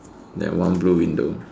then one blue window